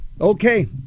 Okay